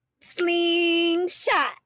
Slingshot